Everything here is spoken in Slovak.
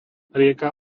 rieka